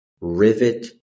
rivet